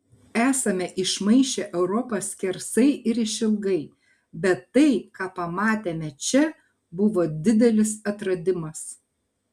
esame išmaišę europą skersai ir išilgai bet tai ką pamatėme čia buvo didelis atradimas